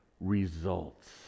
results